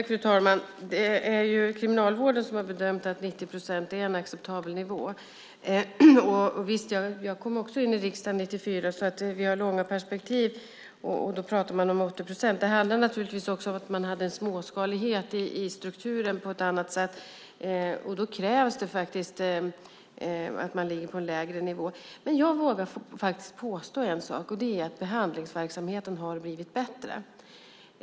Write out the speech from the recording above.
Fru talman! Det är Kriminalvården som har bedömt att 90 procent är en acceptabel nivå. Jag kom också in i riksdagen 1994, så vi har långa perspektiv. Då pratade man om 80 procent. Det handlade naturligtvis om att man hade en småskalighet i strukturen på ett annat sätt, och då krävs det faktiskt att man ligger på en lägre nivå. Jag vågar faktiskt påstå en sak, och det är att behandlingsverksamheten har blivit bättre.